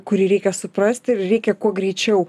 kurį reikia suprasti ir reikia kuo greičiau